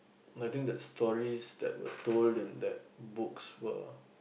I think the stories that were told in that books were